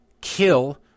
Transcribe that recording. kill